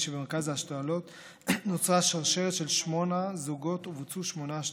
שבמרכז להשתלות נוצרה שרשרת של שמונה זוגות ובוצעו שמונה השתלות.